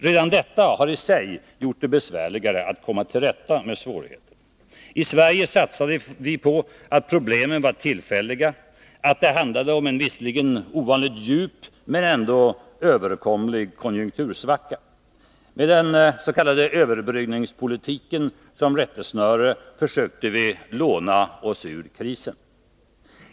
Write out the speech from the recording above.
Redan detta har i sig gjort det besvärligare att komma till rätta med svårigheterna. I Sverige satsade vi på att problemen var tillfälliga, att det handlade om en visserligen ovanligt djup men ändå överkomlig konjunktursvacka. Med den s.k. överbryggningspolitiken som rättesnöre försökte vi låna oss ur krisen.